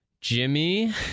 Jimmy